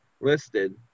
listed